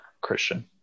Christian